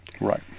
Right